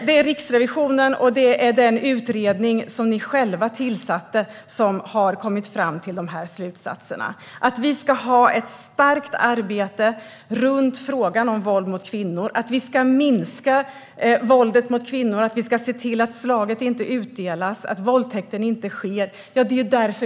Det är Riksrevisionen och den utredning som ni själva tillsatte som har kommit fram till dessa slutsatser. Vi har nu en strategi på 1,3 miljarder under en fyraårsperiod för att få ett starkt arbete för frågan om våld mot kvinnor, för att vi ska minska våldet mot kvinnor och för att vi ska se till att slaget inte utdelas eller att våldtäkten inte sker.